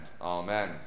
Amen